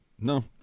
No